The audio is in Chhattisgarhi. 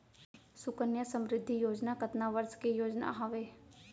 सुकन्या समृद्धि योजना कतना वर्ष के योजना हावे?